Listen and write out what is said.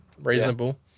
reasonable